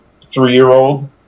three-year-old